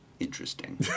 Interesting